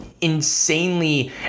insanely